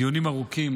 דיונים ארוכים.